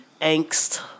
angst